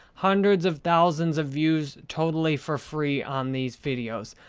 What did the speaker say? hundreds of thousands of views totally for free on these videos.